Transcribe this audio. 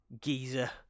geezer